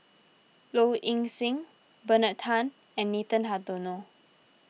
Low Ing Sing Bernard Tan and Nathan Hartono